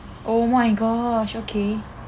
oh my gosh okay